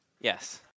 Yes